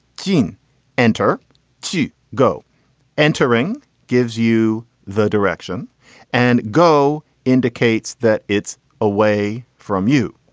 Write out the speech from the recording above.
gene enter to go entering gives you the direction and go indicates that it's away from you.